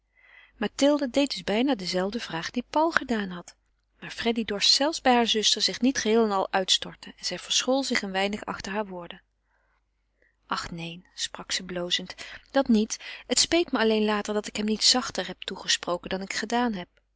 mathilde deed dus bijna dezelfde vraag die paul gedaan had maar freddy dorst zelfs bij haar zuster zich niet geheel en al uitstorten en zij verschool zich een weinig achter haar woorden ach neen sprak ze blozend dat niet het speet me alleen later dat ik hem niet zachter had toegesproken dan ik gedaan had